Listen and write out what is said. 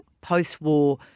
post-war